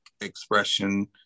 expression